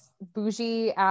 bougie